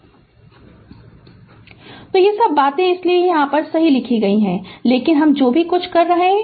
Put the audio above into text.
Refer Slide Time 1834 तो ये सब बातें इसलिए सही लिखी गई हैं इसलिए हम जो कुछ कह रहे है